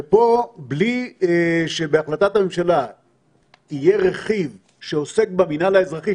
ופה בלי שבהחלטת הממשלה יהיה רכיב שעוסק במינהל האזרחי,